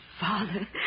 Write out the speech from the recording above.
Father